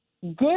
good